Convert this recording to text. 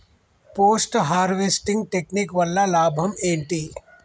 Post harvesting technique వల్ల లాభం ఏంటి?